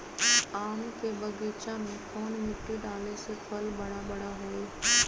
आम के बगीचा में कौन मिट्टी डाले से फल बारा बारा होई?